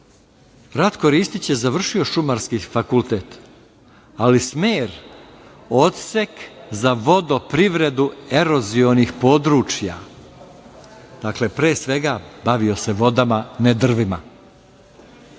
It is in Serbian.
Ratko Ristić je završio Šumarski fakultet, ali smer - odsek za vodoprivredu erozionih područja. Dakle, pre svega, bavio se vodama, ne drvima.